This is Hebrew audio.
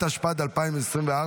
התשפ"ד 2024,